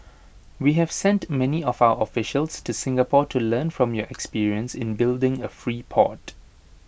we have sent many of our officials to Singapore to learn from your experience in building A free port